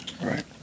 Right